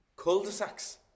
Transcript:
cul-de-sacs